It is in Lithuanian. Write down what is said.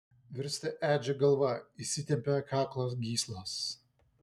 virsta edžio galva įsitempia kaklo gyslos